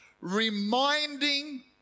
reminding